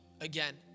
again